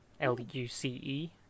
l-u-c-e